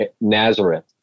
Nazareth